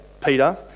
Peter